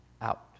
out